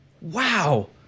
wow